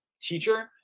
teacher